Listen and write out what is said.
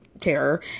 terror